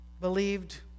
believed